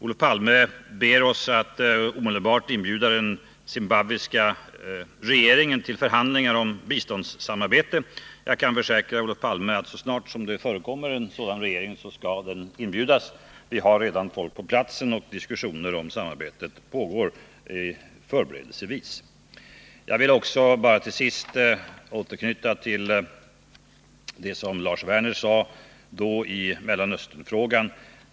Olof Palme ber regeringen att omedelbart inbjuda den zimbabwiska regeringen till förhandlingar om biståndssamarbete. Jag kan försäkra Olof Palme att så snart det bildats en sådan regering, skall den inbjudas. Vi har redan folk på platsen, och diskussioner om samarbete pågår förberedelsevis. Jag vill också till sist bara återknyta till det som Lars Werner sade i Mellanösternfrågan.